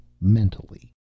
mentally